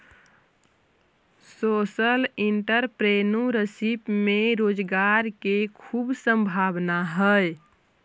social entrepreneurship में रोजगार के खूब संभावना हई